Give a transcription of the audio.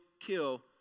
kill